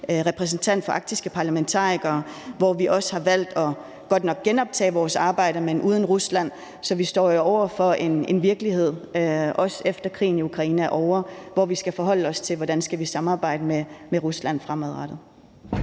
repræsentant for arktiske parlamentarikere, hvor vi også har valgt godt nok at genoptage vores arbejde, men uden Rusland, så vi står jo over for en virkelighed, også efter at krigen i Ukraine er ovre, hvor vi skal forholde os til, hvordan vi skal samarbejde med Rusland fremadrettet.